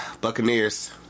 Buccaneers